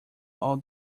all